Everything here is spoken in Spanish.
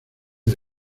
del